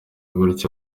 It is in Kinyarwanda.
gutyo